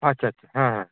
ᱟᱪᱷᱟ ᱪᱷᱟ ᱦᱮᱸ ᱦᱮᱸ